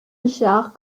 richard